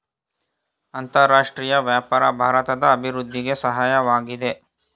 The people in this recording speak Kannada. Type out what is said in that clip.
ಅಂತರರಾಷ್ಟ್ರೀಯ ವ್ಯಾಪಾರ ಭಾರತದ ಅಭಿವೃದ್ಧಿಗೆ ಸಹಾಯವಾಗಿದೆ